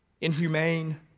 Inhumane